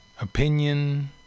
opinion